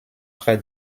près